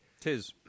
tis